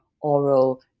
oral